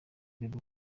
bebe